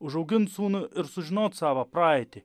užaugint sūnų ir sužinot savo praeitį